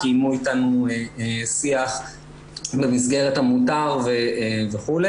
קיימו אתנו שיח במסגרת עמותה וכו'.